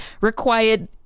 required